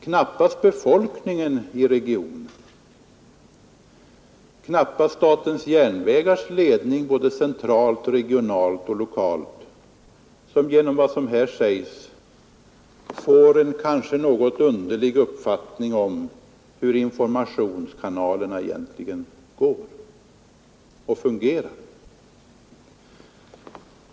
Knappast heller befolkningen i regionen, knappast SJ:s ledning varken centralt, regionalt eller lokalt, som genom vad som här sägs får en kanske något underlig uppfattning om hur informationskanalerna egentligen fungerar.